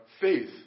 faith